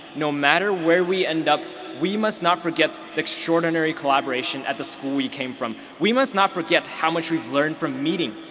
no matter where we end up we must not forget the extraordinary collaboration at the school we came from. we must not forget how much we've learned from meeting,